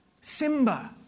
Simba